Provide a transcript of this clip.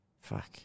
fuck